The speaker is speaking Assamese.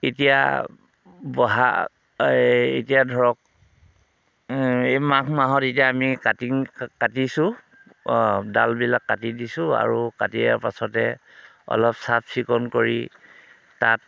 এতিয়া বহা এই এতিয়া ধৰক এই মাঘ মাহত এতিয়া আমি কাটিং কাটিছোঁ ডালবিলাক কাটি দিছোঁ আৰু কাটি দিয়াৰ পাছতে অলপ চাফ চিকুণ কৰি তাত